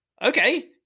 Okay